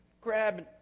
grab